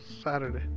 Saturday